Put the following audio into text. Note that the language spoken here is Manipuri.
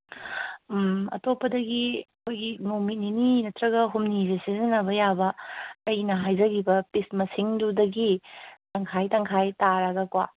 ꯎꯝ ꯑꯇꯣꯞꯄꯗꯒꯤ ꯑꯩꯈꯣꯏꯒꯤ ꯅꯨꯃꯤꯠ ꯅꯤꯅꯤ ꯅꯠꯇ꯭ꯔꯒ ꯍꯨꯝꯅꯤꯖꯤ ꯁꯤꯖꯤꯟꯅꯕ ꯌꯥꯕ ꯑꯩꯅ ꯍꯥꯏꯖꯔꯤꯕ ꯄꯤꯁ ꯃꯁꯤꯡꯗꯨꯗꯒꯤ ꯇꯪꯈꯥꯏ ꯇꯪꯈꯥꯏ ꯇꯥꯔꯒꯀꯣ